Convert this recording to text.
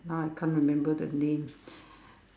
now I can't remember the name